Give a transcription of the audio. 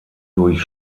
durch